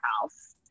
house